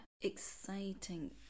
Exciting